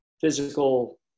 physical